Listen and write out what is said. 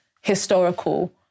historical